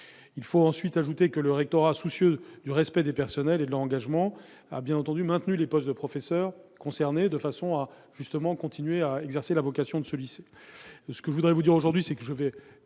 des métiers. J'ajoute que le rectorat, soucieux du respect des personnels et de leur engagement, a bien entendu maintenu les postes de professeurs concernés, de façon à ce que la vocation de ce lycée